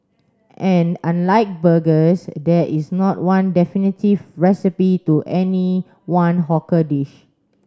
and unlike burgers there is not one definitive recipe to any one hawker dish